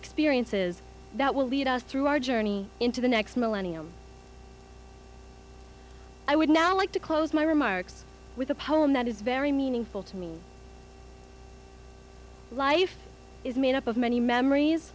experiences that will lead us through our journey into the next millennium i would now like to close my remarks with a poem that is very meaningful to me life is made up of many memories